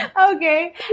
Okay